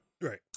Right